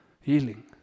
healing